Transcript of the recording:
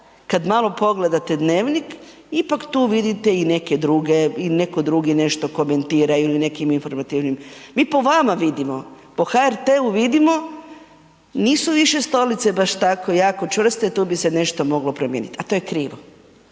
kada malo pogledate „Dnevnik“ ipak tu vidite i neke druge i neki drugi nešto komentiraju ili nekim informativnim. Mi po vama vidimo po HRT-u vidimo nisu više stolice baš tako jako čvrste i tu bi se nešto moglo promijeniti, a to je krivo.